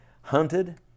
hunted